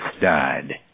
died